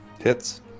Hits